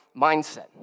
mindset